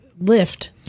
lift